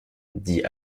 dit